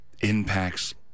impacts